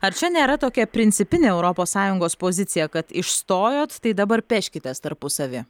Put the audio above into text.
ar čia nėra tokia principinė europos sąjungos pozicija kad išstojot tai dabar peškitės tarpusavy